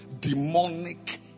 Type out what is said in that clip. demonic